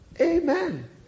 amen